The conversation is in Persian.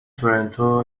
تورنتو